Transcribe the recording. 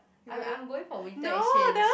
I'm I'm going for winter exchange